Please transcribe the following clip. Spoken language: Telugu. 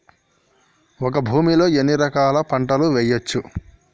ఒక భూమి లో ఎన్ని రకాల పంటలు వేయచ్చు?